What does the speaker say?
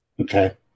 Okay